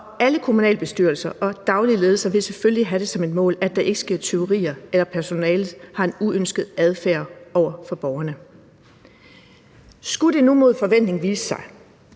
alle kommunalbestyrelser og daglige ledelser vil selvfølgelig have det som et mål, at der ikke sker tyverier, og at personalet ikke har en uønsket adfærd over for borgerne. Skulle det nu mod forventning vise sig,